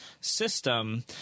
system